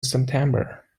september